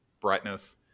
brightness